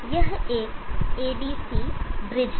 यह एक ADC bridge है